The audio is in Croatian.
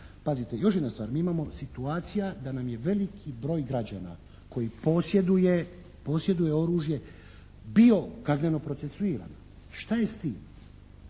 Pazite još jedna stvar. Mi imamo situacija da nam je veliki broj građana koji posjeduje, posjeduje oružje bio kazneno procesuiran. Šta je s tim?